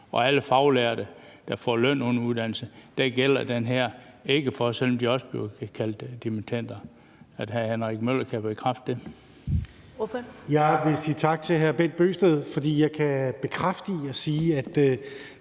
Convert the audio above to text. for alle faglærte, der får løn under uddannelsen, gælder det her ikke, selv om de også bliver kaldt dimittender. Kan hr. Henrik Møller bekræfte